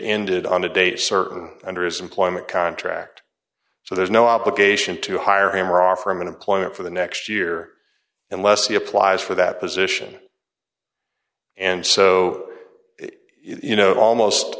ended on a date certain under his employment contract so there's no obligation to hire him or offer him employment for the next year unless he applies for that position and so you know almost